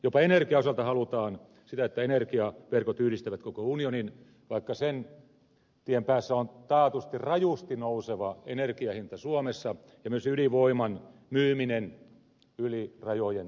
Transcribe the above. jopa energian osalta selonteossa halutaan sitä että energiaverkot yhdistävät koko unionin vaikka sen tien päässä on taatusti rajusti nouseva energian hinta suomessa ja myös ydinvoiman myyminen yli rajojen